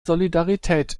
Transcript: solidarität